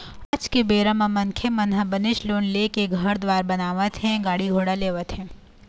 आज के बेरा म मनखे मन ह बनेच लोन ले लेके घर दुवार बनावत हे गाड़ी घोड़ा लेवत हें